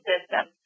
system